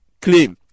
claim